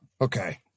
okay